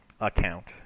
account